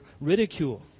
ridicule